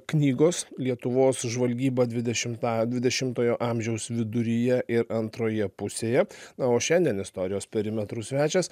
knygos lietuvos žvalgyba dvidešimtą dvidešimtojo amžiaus viduryje ir antroje pusėje o šiandien istorijos perimetrų svečias